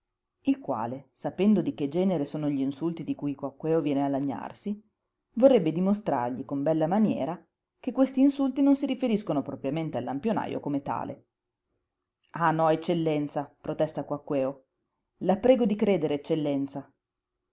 il quale sapendo di che genere sono gli insulti di cui quaquèo viene a lagnarsi vorrebbe dimostrargli con bella maniera che questi insulti non si riferiscono propriamente al lampionajo come tale ah no eccellenza protesta quaquèo la prego di credere eccellenza